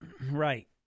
right